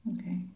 Okay